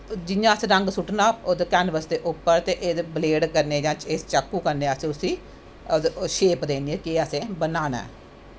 कियां असैं रंग सुट्टना कैनवस दे उप्पर ते इस चाकू कन्नै असैं उसी शेप देनीं केह् असैं बनाना ऐ